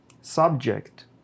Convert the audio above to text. subject